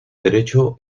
derecho